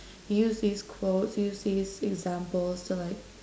you use these quotes use these examples to like